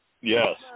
Yes